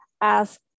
ask